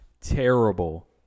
terrible